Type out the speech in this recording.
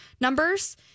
numbers